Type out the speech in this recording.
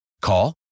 Call